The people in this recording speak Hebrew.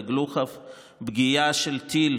סליחה,